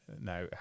Now